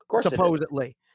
supposedly